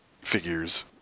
figures